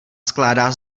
skládá